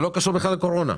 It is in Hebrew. זה לא קשור בכלל לקורונה.